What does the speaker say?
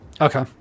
Okay